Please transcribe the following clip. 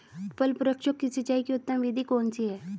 फल वृक्षों की सिंचाई की उत्तम विधि कौन सी है?